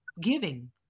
giving